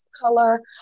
color